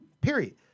period